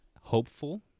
hopeful